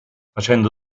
facendo